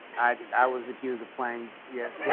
i was accused of playing, yes.